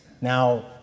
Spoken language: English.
Now